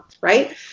right